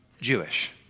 Jewish